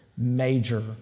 major